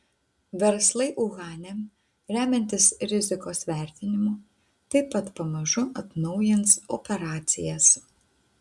verslai uhane remiantis rizikos vertinimu taip pat pamažu atnaujins operacijas